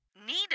Needed